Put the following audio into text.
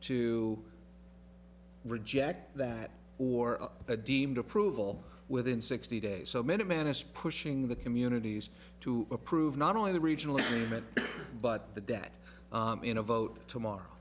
to reject that or that deemed approval within sixty days so minute man is pushing the communities to approve not only the regional event but the debt you know vote tomorrow